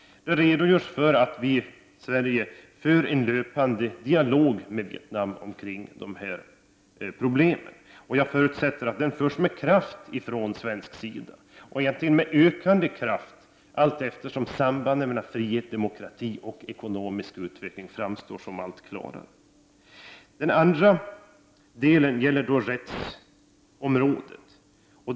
Där redogörs för att vi i Sverige för en löpande dialog med Vietnam omkring de här problemen. Jag förutsätter att den förs med kraft från svensk sida — egentligen med ökande kraft allteftersom sambandet mellan frihet, demokrati och ekonomisk utveckling framstår som allt klarare. För det andra tänker jag på rättsområdet.